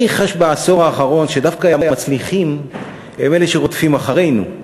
אני חש בעשור האחרון שדווקא המצליחים הם אלה שרודפים אחרינו.